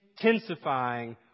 intensifying